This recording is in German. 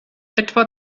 etwa